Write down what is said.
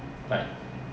err